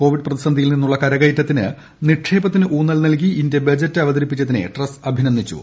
Covid പ്രതിസന്ധിയിൽ നിന്നുള്ള കരകയറ്റത്തിന് നിക്ഷേപത്തിന് ഊന്നൽ നൽകി ഇന്തൃ ബജറ്റ് അവതരിപ്പിച്ചതിനെ ട്രസ്സ് അഭിനന്ദിച്ചു